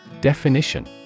Definition